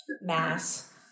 mass